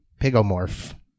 pigomorph